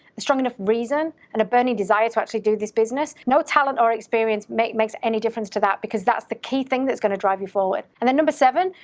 a strong enough reason, and a burning desire to actually do this business, no talent or experience makes makes any difference to that because that's the key thing that's gonna drive you forward. and then number seven,